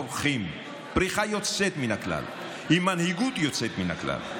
פורחים פריחה יוצאת מן הכלל עם מנהיגות יוצאת מן הכלל,